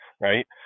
right